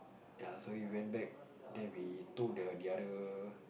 ya so we went back then we told the the other